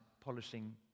polishing